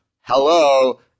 Hello